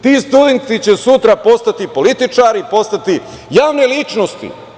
Ti studenti će sutra postati političari, postati javne ličnosti.